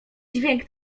dźwięk